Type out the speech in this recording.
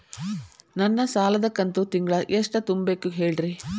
ನನ್ನ ಸಾಲದ ಕಂತು ತಿಂಗಳ ಎಷ್ಟ ತುಂಬಬೇಕು ಹೇಳ್ರಿ?